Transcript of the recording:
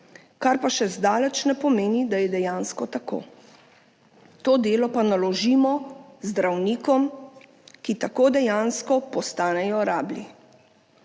kar pa še zdaleč ne pomeni, da je dejansko tako. To delo pa naložimo zdravnikom, ki tako dejansko postanejo rablji.